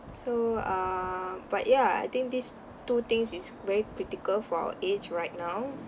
so err but ya I think these two things is very critical for our age right now